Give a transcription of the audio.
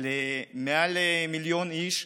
על מעל מיליון איש,